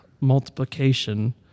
multiplication